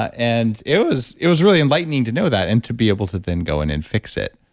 and it was it was really enlightening to know that and to be able to then go in and fix it,